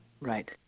Right